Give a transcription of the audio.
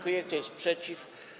Kto jest przeciw?